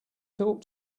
talk